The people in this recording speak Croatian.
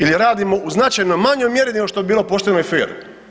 Ili radimo u značajno manjoj mjeri nego što bi bilo pošteno i fer.